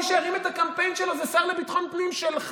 מי שהרים את הקמפיין שלו זה השר לביטחון פנים שלך.